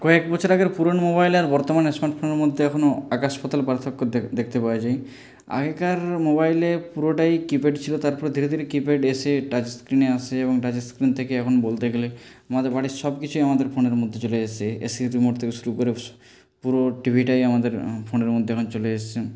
কয়েক বছর আগের পুরোনো মোবাইল আর বর্তমান স্মার্ট ফোনের মধ্যে এখনও আকাশ পাতাল পার্থক্য দেখতে পাওয়া যায় আগেকার মোবাইলে পুরোটাই কিপ্যাড ছিল তারপর ধীরে ধীরে কিপ্যাড এসে টাচস্ক্রিনে আসে এবং টাচস্ক্রিন থেকে এখন বলতে গেলে আমাদের বাড়ির সব কিছুই আমাদের ফোনের মধ্যে চলে এসেছে এসির রিমোট থেকে শুরু করে পুরো টিভিটাই আমাদের ফোনের মধ্যে এখন চলে এসেছে